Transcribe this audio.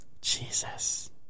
Jesus